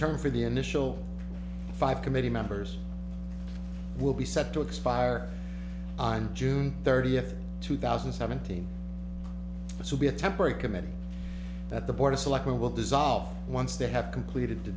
term for the initial five committee members will be set to expire on june thirtieth two thousand and seventeen which will be a temporary committee that the board of selectmen will dissolve once they have completed the